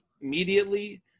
immediately